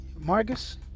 Marcus